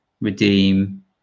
redeem